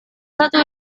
satu